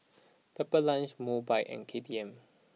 Pepper Lunch Mobike and K T M